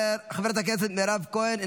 חברת הכנסת מירב כהן,